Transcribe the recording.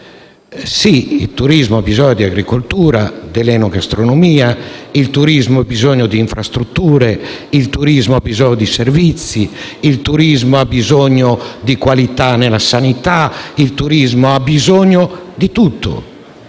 Sì, il turismo ha bisogno di agricoltura e di enogastronomia. Il turismo, però, ha bisogno anche di infrastrutture; il turismo ha bisogno di servizi; il turismo ha bisogno di qualità nella sanità; il turismo ha bisogno di tutto,